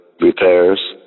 repairs